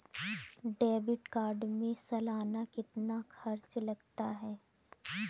Debit card में सालाना कितना खर्च लगता है?